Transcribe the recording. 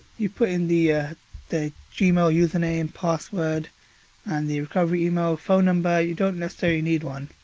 you put in the ah the gmail username, password and the recovery email, phone number, you don't necessarily need one,